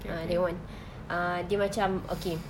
ah that [one] ah dia macam okay